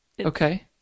Okay